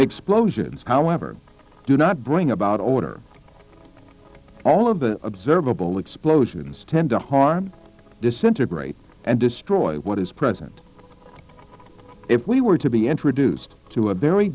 explosions however do not bring about order all of the observable explosions tend to harm disintegrate and destroy what is present if we were to be introduced to a very